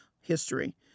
history